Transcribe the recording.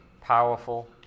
powerful